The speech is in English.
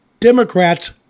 Democrats